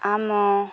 ଆମ